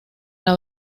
una